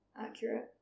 accurate